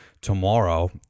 tomorrow